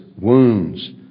wounds